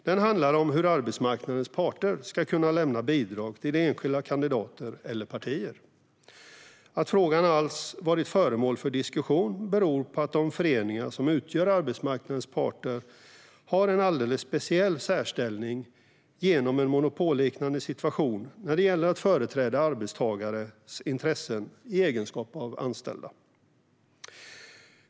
Den handlar om hur arbetsmarknadens parter ska kunna lämna bidrag till enskilda kandidater eller partier. Att frågan alls varit föremål för diskussion beror på att de föreningar som utgör arbetsmarknadens parter har en alldeles speciell särställning genom en monopolliknande situation när det gäller att företräda arbetstagares intressen i egenskap av anställda.